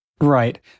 Right